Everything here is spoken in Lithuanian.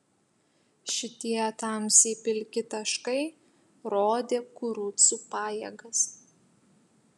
šitie tamsiai pilki taškai rodė kurucų pajėgas